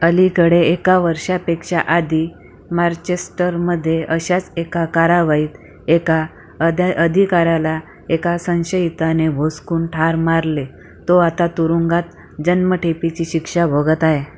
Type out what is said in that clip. अलीकडे एका वर्षापेक्षा आधी मरचेस्टरमधे अशाच एका कारवाईत एका अदे अधिकाऱ्याला एका संशयिताने भोसकून ठार मारले तो आता तुरुंगात जन्मठेपेची शिक्षा भोगत आहे